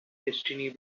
destiny